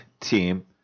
team